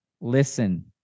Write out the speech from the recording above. listen